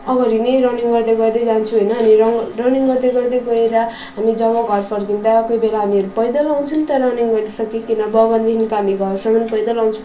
अगाडि नै रनिङ गर्दै गर्दै जान्छौँ होइन अनि रङ्ग रनिङ गर्दै गर्दै गएर हामी जब घर फर्किँदा कोही बेला हामीहरू पैदल आउँछौँ त रनिङ गरिसकिकन बगानदेखिको हामी घरसम्म पैदल आउँछौँ